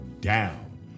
down